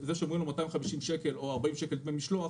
זה שאומרים לאדם 250 שקל או 40 שקל דמי משלוח